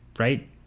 right